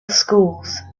schools